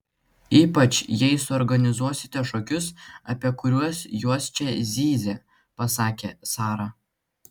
ypač jei suorganizuosite šokius apie kuriuos jos čia zyzė pasakė sara